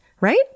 right